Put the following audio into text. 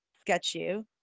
sketchy